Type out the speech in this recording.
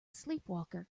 sleepwalker